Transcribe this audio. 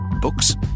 Books